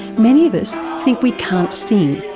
many of us think we can't sing,